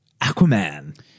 Aquaman